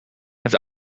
het